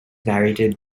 narrated